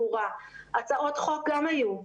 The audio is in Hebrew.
הצעות חוק גם היו.